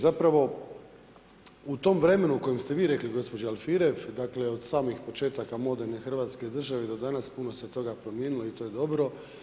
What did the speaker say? Zapravo u tom vremenu kojem ste vi rekli, gospođo Alfirev, dakle od samih početaka moderne Hrvatske države do danas puno se toga promijenilo i to je dobro.